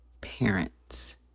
parents